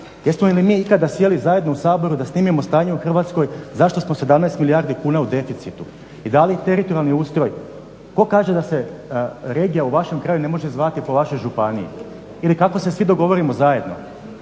Jesmo li mi ikada sjeli zajedno u Saboru da snimimo stanje u Hrvatskoj zašto smo 17 milijardi kuna u deficitu i da li teritorijalni ustroj, tko kaže da se regija u vašem kraju ne može zvati po vašoj županiji? Ili kako se svi dogovorimo zajedno?